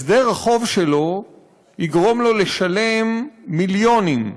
הסדר החוב שלו יגרום לו לשלם מיליונים,